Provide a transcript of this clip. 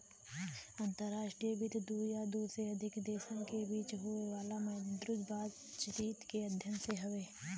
अंतर्राष्ट्रीय वित्त दू या दू से अधिक देशन के बीच होये वाला मौद्रिक बातचीत क अध्ययन हौ